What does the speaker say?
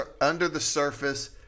under-the-surface